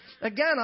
Again